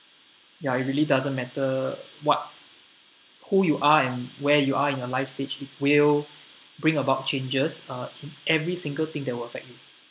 ya it really doesn't matter what who you are and where you are in your life stage it will bring about changes uh in every single thing that will affect